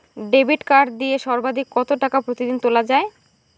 Debit card দিয়ে সর্বাধিক কত টাকা প্রতিদিন তোলা য়ায়?